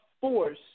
force